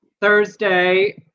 Thursday